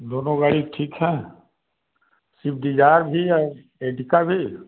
दोनों गाड़ी ठीक हैं सिफ्ट डिजायर भी है एडका भी